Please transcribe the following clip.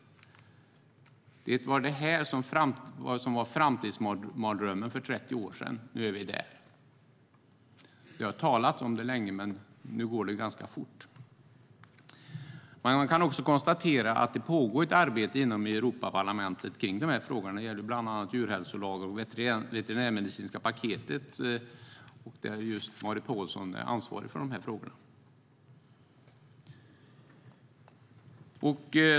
Det var framtidsmardrömmen för 30 år sedan. I dag är vi där. Vi har talat om det länge, och nu går det ganska fort. Jag kan konstatera att det pågår ett arbete i Europaparlamentet om dessa frågor. Det gäller bland annat djurhälsolagar och det veterinärmedicinska paketet. Det är Marit Paulsen som är ansvarig för frågorna.